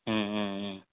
ம்ம்ம்